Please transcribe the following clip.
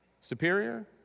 Superior